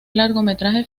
largometraje